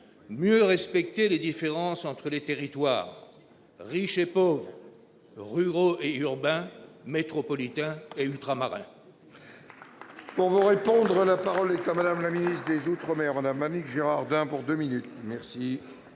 mieux respecter les différences entre les territoires, riches et pauvres, ruraux et urbains, métropolitains et ultramarins